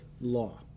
law